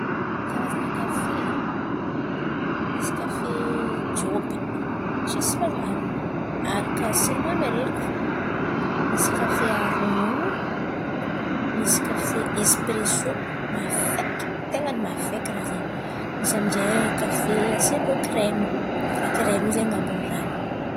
Karazan̈a kafe, misy kafe jôby tsisy fangarony, aharaka siramamy areriky fo. Misy kafe haharo ronono, misy kafe espresô mafaiky, ten̈a ny mafaiky rahà zen̈y, misy amin'zay kafe asain-drô krema, lakrema io zen̈y an̈abon'ny rahà io.